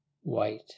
white